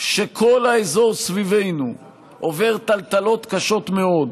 שבה כל האזור סביבנו עובר טלטלות קשות מאוד.